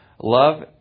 love